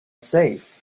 safe